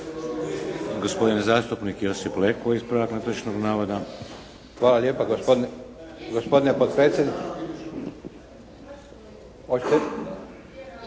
Hvala lijepa gospodine potpredsjedniče.